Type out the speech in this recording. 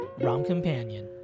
Rom-companion